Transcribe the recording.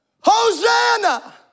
Hosanna